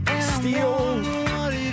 Steel